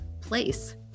place